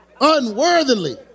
unworthily